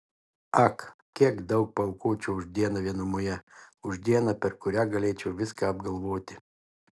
ak kiek daug paaukočiau už dieną vienumoje už dieną per kurią galėčiau viską apgalvoti